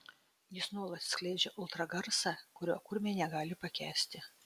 jis nuolat skleidžia ultragarsą kurio kurmiai negali pakęsti